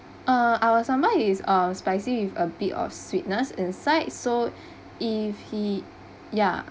uh our sambal is uh spicy with a bit of sweetness inside so if he ya